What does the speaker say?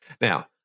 now